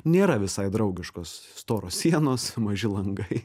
nėra visai draugiškos storos sienos maži langai